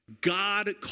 God